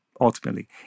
ultimately